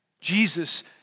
Jesus